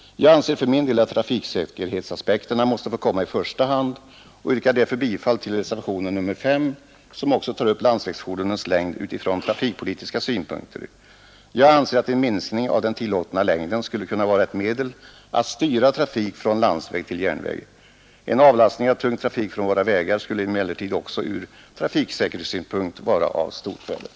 Jag anser för min del att trafiksäkerhetsaspekterna måste få komma i första hand och yrkar därför bifall till reservationen 5, som också tar upp landsvägsfordonens längd utifrån trafikpolitiska synpunkter. En minskning av den tillåtna längden skulle kunna vara ett medel att styra trafik från landsväg till järnväg men en avlastning av tung trafik från våra vägar skulle också från trafiksäkerhetssynpunkt vara av stort värde.